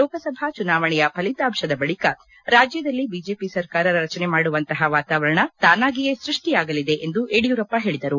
ಲೋಕಸಭಾ ಚುನಾವಣೆಯ ಫಲಿತಾಂಶದ ಬಳಿಕ ರಾಜ್ಯದಲ್ಲಿ ಬಿಜೆಪಿ ಸರ್ಕಾರ ರಚನೆ ಮಾಡುವಂತಹ ವಾತಾವರಣ ತಾನಾಗಿಯೇ ಸೃಷ್ಠಿಯಾಗಲಿದೆ ಎಂದು ಯಡಿಯೂರಪ್ಪ ಹೇಳಿದರು